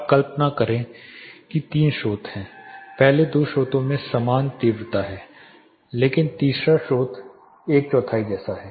अब कल्पना करें कि 3 स्रोत हैं पहले दो स्रोतों में समान तीव्रता है लेकिन तीसरा स्रोत लगभग एक चौथाई जैसा है